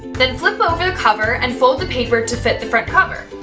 then flip over the cover and fold the paper to fit the front cover.